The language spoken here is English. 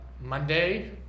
Monday